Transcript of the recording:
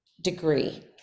degree